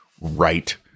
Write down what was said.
right